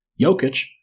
Jokic